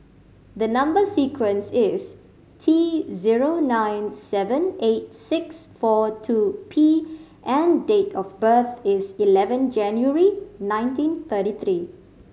the number sequence is T zero nine seven eight six four two P and date of birth is eleven January nineteen thirty three